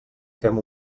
fem